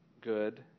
Good